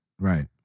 Right